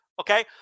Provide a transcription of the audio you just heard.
Okay